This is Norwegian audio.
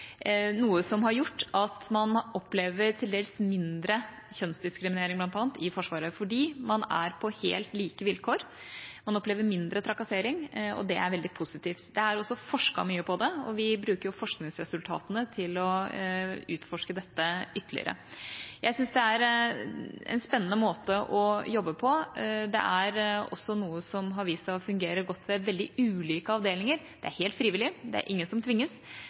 noe som har gjort at man bl.a. opplever til dels mindre kjønnsdiskriminering i Forsvaret, fordi man er på helt like vilkår. Man opplever mindre trakassering. Det er veldig positivt. Det er også forsket mye på det, og vi bruker forskningsresultatene til å utforske dette ytterligere. Jeg syns det er en spennende måte å jobbe på. Det er også noe som har vist seg å fungere godt ved veldig ulike avdelinger. Det er helt frivillig – det er ingen som tvinges